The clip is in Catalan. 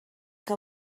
que